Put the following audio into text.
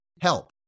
help